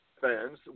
fans